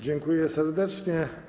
Dziękuję serdecznie.